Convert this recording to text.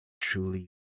truly